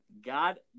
God